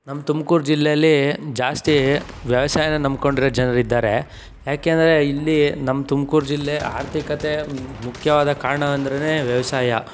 ನಮ್ಮ ತುಮಕೂರು ಜಿಲ್ಲೇಲಿ ಜಾಸ್ತಿ ವ್ಯವಸಾಯನ ನಂಬ್ಕೊಂಡಿರೋ ಜನರಿದ್ದಾರೆ ಯಾಕೆಂದರೆ ಇಲ್ಲಿ ನಮ್ಮ ತುಮಕೂರು ಜಿಲ್ಲೆ ಆರ್ಥಿಕತೆ ಮುಖ್ಯವಾದ ಕಾರಣ ಅಂದರೇನೆ ವ್ಯವಸಾಯ